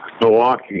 Milwaukee